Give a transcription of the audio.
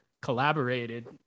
collaborated